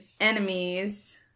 Enemies